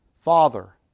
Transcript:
father